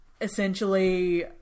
Essentially